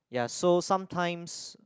ya so sometimes